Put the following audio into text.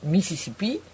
Mississippi